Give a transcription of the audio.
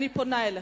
אני פונה אליך: